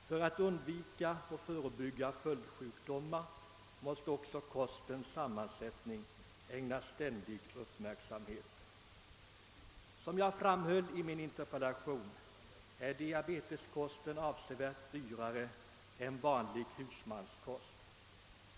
För att undvika och förebygga följdsjukdomar måste också kostens sammansättning ägnas ständig uppmärksamhet. Som jag framhöll i min interpellation är diabetikerkosten avsevärt dyrare än vanlig husmanskost.